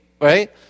right